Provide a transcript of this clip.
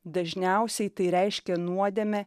dažniausiai tai reiškia nuodėmę